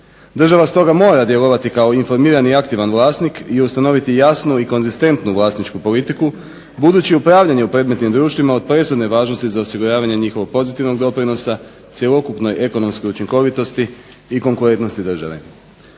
Država stoga mora djelovati kao informirani i aktivni vlasnik i ustanoviti jasnu i konzistentnu vlasničku politiku budući upravljanje u predmetnim društvima od presudne je važnosti za osiguravanje njihovog pozitivnog doprinosa, cjelokupnoj ekonomskoj učinkovitosti i konkurentnosti države.